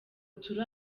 turi